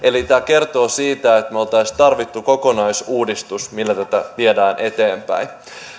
tämä kertoo siitä että me olisimme tarvinneet kokonaisuudistuksen millä tätä viedä eteenpäin